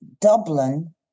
Dublin